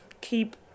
keep